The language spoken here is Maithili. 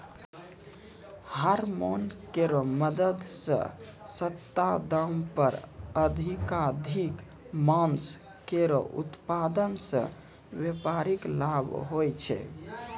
हारमोन केरो मदद सें सस्ता दाम पर अधिकाधिक मांस केरो उत्पादन सें व्यापारिक लाभ होय छै